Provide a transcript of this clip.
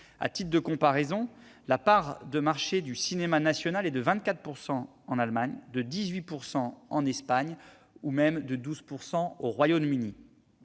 À titre de comparaison, la part de marché du cinéma national est de 24 % en Allemagne, de 18 % en Espagne ou de 12 % au Royaume-Uni.